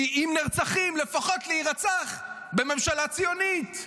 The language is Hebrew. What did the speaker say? כי אם נרצחים, לפחות להירצח בממשלה ציונית,